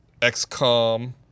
XCOM